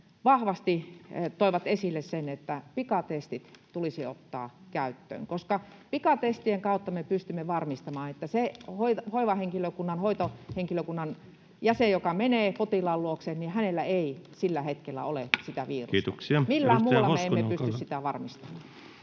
vahvasti toivat esille, että pikatestit tulisi ottaa käyttöön, koska pikatestien kautta me pystymme varmistamaan, että sillä hoivahenkilökunnan tai hoitohenkilökunnan jäsenellä, joka menee potilaan luokse, ei sillä hetkellä ole sitä virusta. Millään muulla me emme pysty sitä varmistamaan.